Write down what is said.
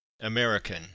American